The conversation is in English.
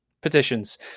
Petitions